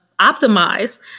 optimize